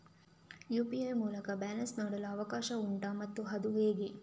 UPI ಮೂಲಕ balance ನೋಡಲು ಅವಕಾಶ ಉಂಟಾ ಮತ್ತು ಅದು ಹೇಗೆ?